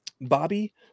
Bobby